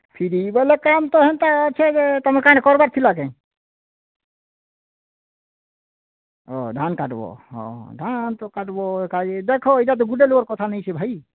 ଛିଡ଼ିଗଲେ କାମ୍ ତ ହେନ୍ତା ଅଛେ ଯେ ତମେ କାଣ କରିବାର୍ ଥିଲା କେଁ ଓ ଧାନ୍ କାଟବୋ ହଁ ଧାନ୍ ତ କାଟ୍ବୋ ଏକା ଦେଖ ଏଇଟା ତ ଗୁଟେ ଲୋକ୍ର କଥା ନାଇଁ ଭାଇ